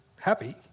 happy